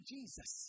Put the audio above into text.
Jesus